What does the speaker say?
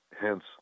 hence